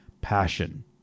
passion